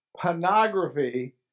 pornography